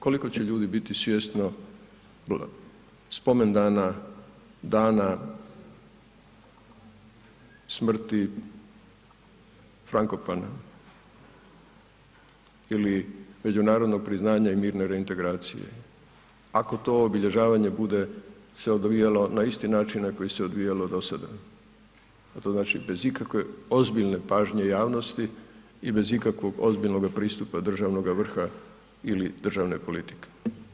Koliko će ljudi biti svjesno spomendana, dana smrti Frankopana ili međunarodno priznanje i mirne reintegracije ako to obilježavanje bude se odvijalo na isti način na koji se odvijalo do sada, a to znači bez ikakve ozbiljne pažnje javnosti i bez ikakvog ozbiljno pristupa državnoga vrha ili državne politike?